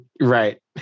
Right